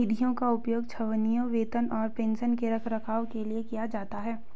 निधियों का उपयोग छावनियों, वेतन और पेंशन के रखरखाव के लिए किया जाता है